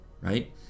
right